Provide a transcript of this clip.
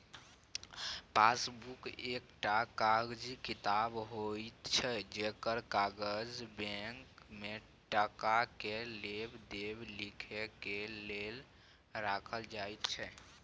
passbook एकटा कागजी किताब होइत छै जकर काज बैंक में टका के लेब देब लिखे के लेल राखल जाइत छै